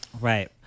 Right